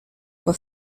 for